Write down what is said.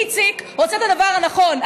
איציק רוצה את הדבר הנכון.